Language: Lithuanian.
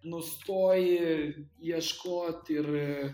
nustoji ieškot ir